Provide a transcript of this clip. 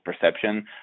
perception